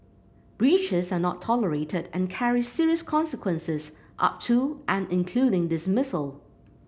breaches are not tolerated and carry serious consequences up to and including dismissal